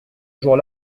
jour